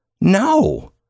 No